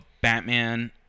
Batman